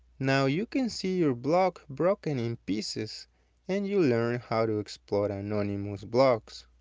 now, you can see your block broken in pieces and you learned how to explode anonymous blocks